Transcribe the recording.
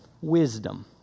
wisdom